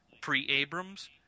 pre-Abrams